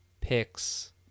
picks